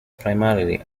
primarily